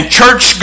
church